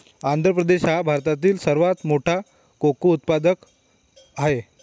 आंध्र प्रदेश हा भारतातील सर्वात मोठा कोको उत्पादक आहे